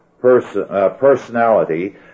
personality